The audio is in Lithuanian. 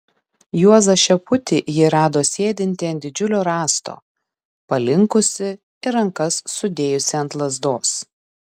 juozą šeputį ji rado sėdintį ant didžiulio rąsto palinkusį ir rankas sudėjusį ant lazdos